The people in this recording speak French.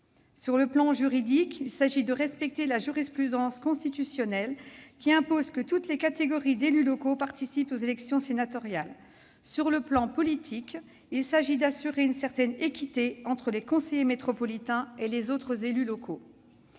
sur le plan juridique, il s'agit de respecter la jurisprudence constitutionnelle, qui impose que toutes les catégories d'élus locaux participent aux élections sénatoriales ; sur le plan politique, il convient d'assurer une certaine équité entre les conseillers métropolitains et les autres élus locaux.